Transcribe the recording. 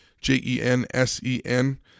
J-E-N-S-E-N